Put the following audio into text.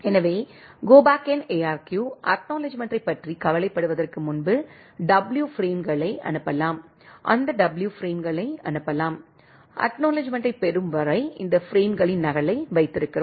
எனவே go back N ARQ அக்நாலெட்ஜ்மெண்ட்டைப் பற்றி கவலைப்படுவதற்கு முன்பு W பிரேம்களை அனுப்பலாம் அந்த W பிரேம்களை அனுப்பலாம் அக்நாலெட்ஜ்மெண்ட்டை பெறும் வரை இந்த பிரேம்களின் நகலை வைத்திருக்கிறோம்